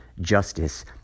justice